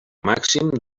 màxim